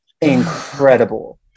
incredible